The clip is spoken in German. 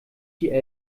die